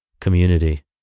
community